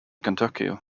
kentucky